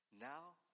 Now